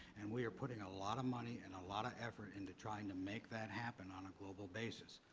and we are putting a lot of money and a lot of effort into trying to make that happen on a global basis.